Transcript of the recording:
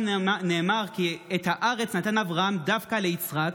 נאמר כי את הארץ נתן אברהם דווקא ליצחק,